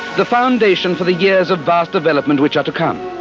the foundation for the years of vast development which are to come.